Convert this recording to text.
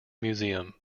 museum